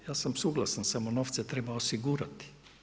Ja sam suglasan, samo novce treba osigurati.